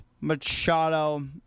Machado